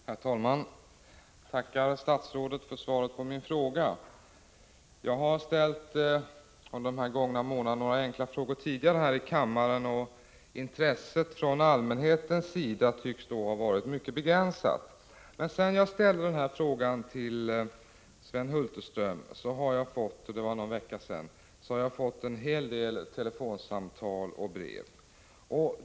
Herr talman! Jag tackar statsrådet för svaret på min fråga. Jag har ställt några frågor här i kammaren tidigare under de gångna månaderna. Intresset från allmänhetens sida tycks då ha varit mycket begränsat. Men sedan jag ställde den här frågan till Sven Hulterström för någon vecka sedan, har jag fått en hel del telefonsamtal och brev.